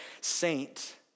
saint